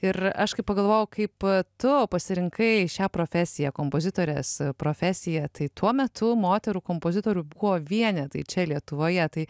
ir aš kai pagalvojau kaip tu pasirinkai šią profesiją kompozitorės profesiją tai tuo metu moterų kompozitorių buvo vienetai čia lietuvoje tai